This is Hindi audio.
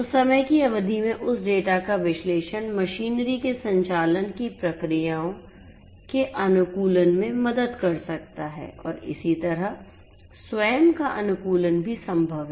तो समय की अवधि में उस डेटा का विश्लेषण मशीनरी के संचालन की प्रक्रियाओं के अनुकूलन में मदद कर सकता है और इसी तरह स्वयं का अनुकूलन भी संभव है